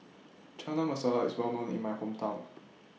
Chana Masala IS Well known in My Hometown